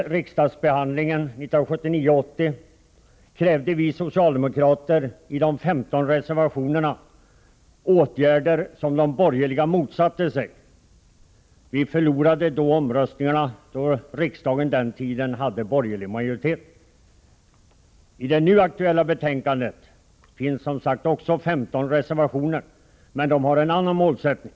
Vid behandlingen under riksmötet 1979/80 krävde vi socialdemokrater i de 15 reservationerna åtgärder som de borgerliga motsatte sig. Vi förlorade i omröstningarna, eftersom riksdagen på den tiden hade borgerlig majoritet. Också i det nu aktuella betänkandet finns som sagt 15 reservationer, men de har en annan målsättning.